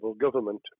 government